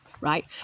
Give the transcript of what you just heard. right